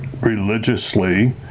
religiously